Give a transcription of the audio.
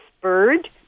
bird